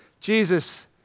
Jesus